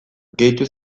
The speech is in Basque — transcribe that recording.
gehitu